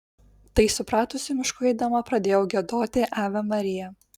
tai supratusi mišku eidama pradėjau giedoti ave maria